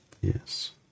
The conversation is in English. Yes